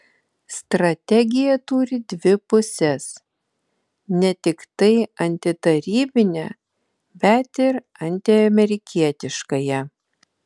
strategija turi dvi puses ne tiktai antitarybinę bet ir antiamerikietiškąją